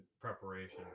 preparation